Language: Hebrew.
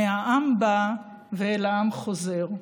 מהעם בא ואל העם חוזר.